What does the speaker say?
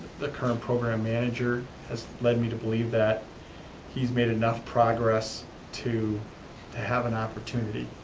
the current program manager has led me to believe that he's made enough progress to to have an opportunity.